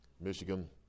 Michigan